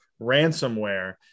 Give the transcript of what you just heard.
ransomware